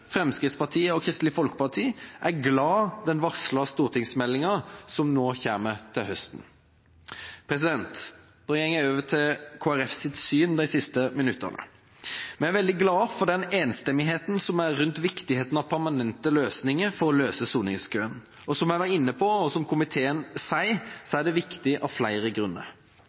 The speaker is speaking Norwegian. Kristelig Folkeparti er glad for den varslede stortingsmeldinga som kommer til høsten. Da går jeg over til Kristelig Folkepartis syn de siste minuttene. Vi er veldig glade for den enstemmigheten som er rundt viktigheten av permanente løsninger for å løse soningskøen. Som jeg var inne på, og som komiteen sier, er det viktig av flere grunner.